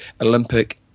Olympic